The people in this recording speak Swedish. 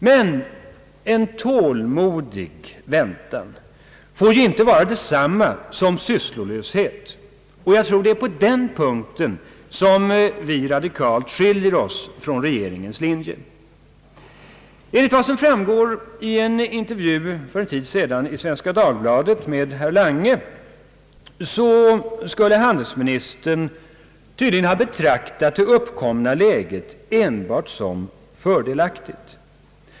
Men en tålmodig väntan får inte vara detsamma som sysslolöshet. Det är på den punkten som vi radikalt skiljer oss från regeringens linje. Enligt vad som framgår av en intervju med herr Lange i Svenska Dagbladet för en tid sedan betraktar han det uppkomna läget enbart som fördelaktigt.